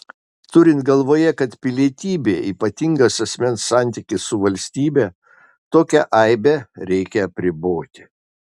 turint galvoje kad pilietybė ypatingas asmens santykis su valstybe tokią aibę reikia apriboti